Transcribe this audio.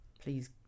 Please